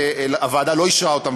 הוועדה לא אישרה אותן,